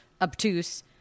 obtuse